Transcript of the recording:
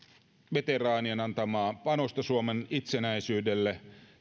veteraanien antamaa panosta suomen itsenäisyydelle